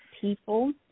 people